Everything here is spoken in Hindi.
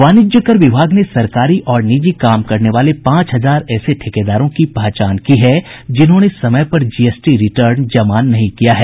वाणिज्य कर विभाग ने सरकारी और निजी काम करने वाले पांच हजार ऐसे ठेकेदारों की पहचान की है जिन्होंने समय पर जीएसटी रिटर्न जमा नहीं किया है